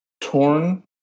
torn